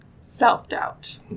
Self-doubt